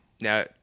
Now